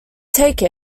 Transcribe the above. take